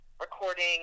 recording